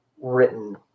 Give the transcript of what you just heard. written